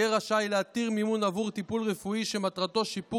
יהיה רשאי להתיר מימון עבור טיפול רפואי שמטרתו שיפור